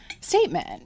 statement